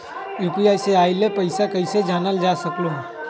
UPI से आईल पैसा कईसे जानल जा सकहु?